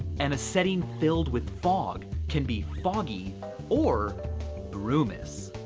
and a setting filled with fog can be foggy or brumous.